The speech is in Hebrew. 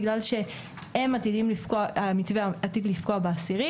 בגלל שהמתווה עתיד לפקוע ב-10,